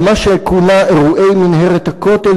במה שכונה אירועי מנהרת הכותל,